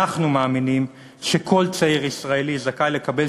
אנחנו מאמינים שכל צעיר ישראלי זכאי לקבל